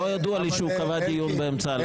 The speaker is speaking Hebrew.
לא ידוע לי שהוא קבע דיון באמצע הלילה.